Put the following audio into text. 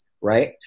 right